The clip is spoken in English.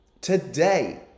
today